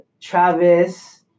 Travis